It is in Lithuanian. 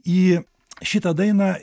į šitą dainą